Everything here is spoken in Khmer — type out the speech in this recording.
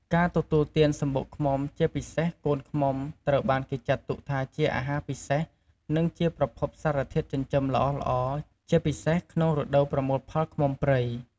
ការទទួលទានសំបុកឃ្មុំ ជាពិសេសកូនឃ្មុំ ត្រូវបានគេចាត់ទុកថាជាអាហារពិសេសនិងជាប្រភពសារធាតុចិញ្ចឹមល្អៗ ជាពិសេសក្នុងរដូវប្រមូលផលឃ្មុំព្រៃ។